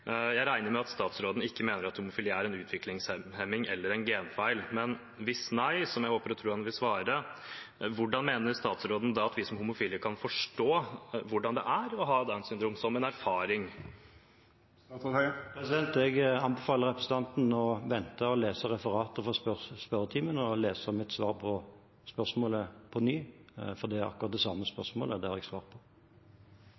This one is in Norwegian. men hvis nei, som jeg håper og tror han vil svare: Hvordan mener statsråden da at vi som homofile kan forstå hvordan det er å ha Downs syndrom, som en erfaring? Jeg anbefaler representanten Øvstegård å vente på referatet fra spørretimen og der lese mitt svar på spørsmålet på nytt, for det er akkurat det samme